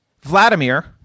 Vladimir